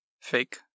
fake